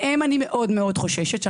אני חוששת מאוד מאוד לגביהם,